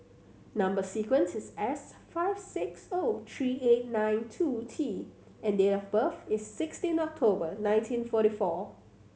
number sequence is S five six O three eight nine two T and date of birth is sixteen October nineteen forty four